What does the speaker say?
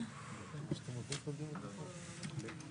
(היו"ר ווליד טאהא)